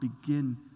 begin